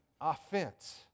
offense